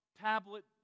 tablet